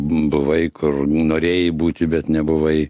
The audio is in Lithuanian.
buvai kur norėjai būti bet nebuvai